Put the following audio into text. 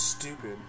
Stupid